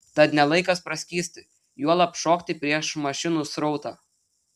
tad ne laikas praskysti juolab šokti prieš mašinų srautą